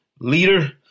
leader